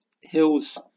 hills